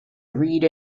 read